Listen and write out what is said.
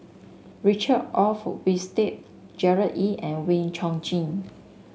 Richard Olaf Winstedt Gerard Ee and Wee Chong Jin